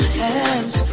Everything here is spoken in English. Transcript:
hands